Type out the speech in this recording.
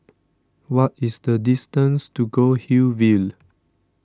what is the distance to Goldhill View